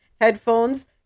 headphones